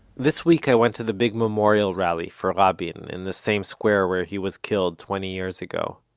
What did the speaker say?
this week i went to the big memorial rally for rabin, in the same square where he was killed, twenty years ago.